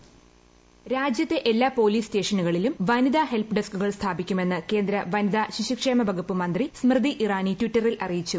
voice രാജ്യത്തെ എല്ലാ police സ്റ്റേഷനുകളിലും വനിതാ ഹെൽപ് ഡെസ്ക്കുകൾ സ്ഥാപിക്കുമെന്ന് കേന്ദ്ര വനിതാ ശിശുക്ഷേമ വകുപ്പ് മന്ത്രി സ്മൃതി ഇറാനി ട്വിറ്ററിൽ അറിയിച്ചു